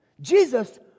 Jesus